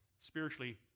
spiritually